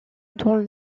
dans